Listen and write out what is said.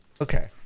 Okay